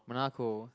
Monaco